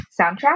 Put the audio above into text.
soundtrack